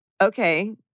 okay